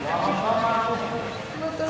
היה חוטב עצים,